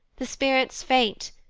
the spirits faint,